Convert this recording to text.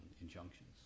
injunctions